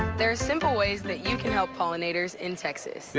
there's simple ways that you can help pollinators in texas. yeah